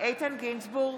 איתן גינזבורג,